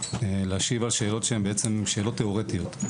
להשיב על שאלות שהן בעצם שאלות תיאורטיות.